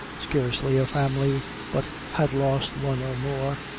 scarcely a family but had lost one or more.